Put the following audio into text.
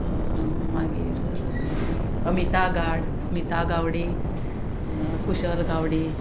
मागीर अमिता गाड स्मिता गावडे कुशल गावडे